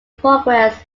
progress